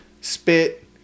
Spit